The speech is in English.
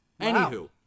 Anywho